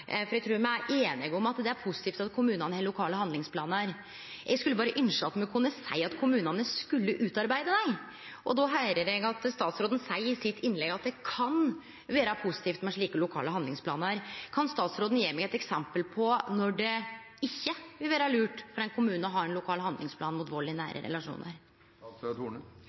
handlingsplanane. Eg trur me er einige om at det er positivt at kommunane har lokale handlingsplanar. Eg skulle berre ynskje at me kunne seie at kommunane skulle utarbeide dei, og då høyrer eg statsråden seie i innlegget sitt at det kan vere positivt med slike lokale handlingsplanar. Kan statsråden gje meg eit eksempel på når det ikkje vil vere lurt for ein kommune å ha ein lokal handlingsplan mot vald i nære relasjonar?